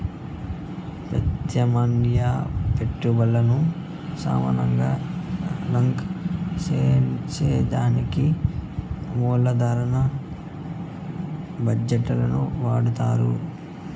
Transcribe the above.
పెత్యామ్నాయ పెట్టుబల్లను సమానంగా రాంక్ సేసేదానికే దీన్ని మూలదన బజెట్ ల వాడతండారు